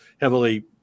heavily